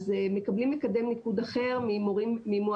אז מקבלים מקדם ניקוד אחר ממועמדים.